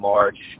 March